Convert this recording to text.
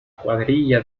cuadrilla